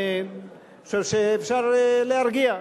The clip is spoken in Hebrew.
אני חושב שאפשר להרגיע,